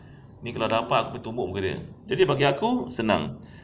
ni kalau dapat aku tumbuk muka dia jadi bagi aku senang